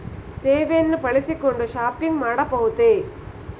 ಸೇವೆಯನ್ನು ಬಳಸಿಕೊಂಡು ಶಾಪಿಂಗ್ ಮಾಡಬಹುದೇ?